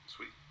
Sweet